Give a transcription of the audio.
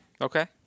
Okay